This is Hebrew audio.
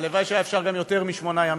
והלוואי שהיה אפשר גם יותר משמונה ימים.